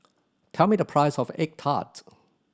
tell me the price of egg tart